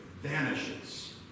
vanishes